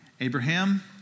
Abraham